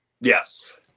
Yes